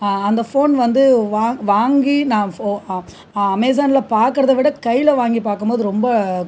அந்த ஃபோன் வந்து வா வாங்கி நான் அமேஸானில் பார்க்கறத விட கையில் வாங்கி பார்க்கும்போது ரொம்ப